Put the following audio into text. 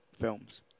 films